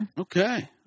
Okay